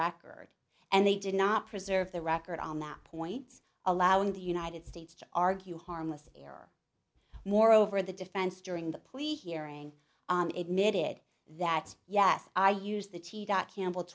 record and they did not preserve the record on that point allowing the united states to argue harmless error moreover the defense during the police hearing admitted that yes i used the t dot campbell